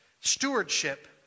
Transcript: stewardship